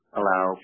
allow